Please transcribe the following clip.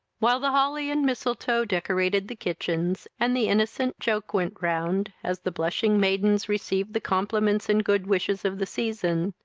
while the holly and mistletoe decorated the kitchens, and the innocent joke went round, as the blushing maidens received the compliments and good wishes of the season,